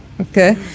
Okay